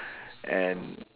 and